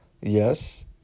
Yes